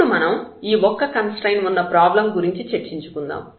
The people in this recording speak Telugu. ఇప్పుడు మనం ఈ ఒక్క కన్స్ట్రయిన్ట్ ఉన్న ప్రాబ్లం గురించి చర్చించుకుందాం